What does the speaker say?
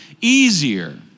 easier